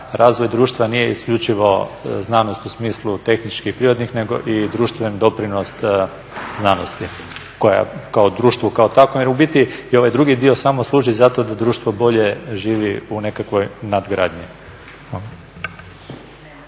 razvoj društva nije isključivo znanost u smislu tehničkih i prirodnih nego i društveni doprinos znanosti koja kao društvu kao takvom jer u biti i ovaj drugi dio samo služi za to da društvo bolje živi u nekakvoj nadgradnji.